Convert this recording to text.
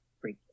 Great